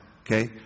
Okay